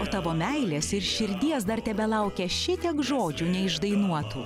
o tavo meilės ir širdies dar tebelaukia šitiek žodžių neišdainuotų